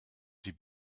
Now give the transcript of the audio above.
sie